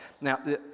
Now